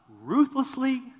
ruthlessly